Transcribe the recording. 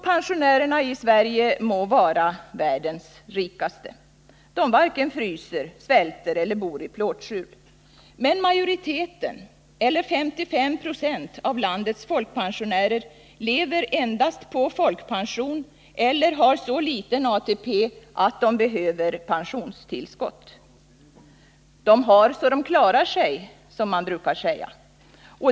Pensionärerna i Sverige må vara ”världens rikaste” — de varken fryser, svälter eller bor i plåtskjul — men majoriteten, eller 55 96, av landets folkpensionärer lever endast på folkpension eller har så liten ATP att de behöver pensionstillskott. De har så de klarar sig, som man brukar säga.